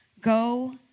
go